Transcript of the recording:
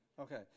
okay